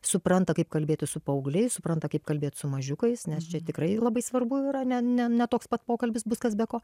supranta kaip kalbėti su paaugliais supranta kaip kalbėt su mažiukais nes čia tikrai labai svarbu yra ne ne ne toks pat pokalbis bus kas be ko